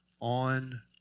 on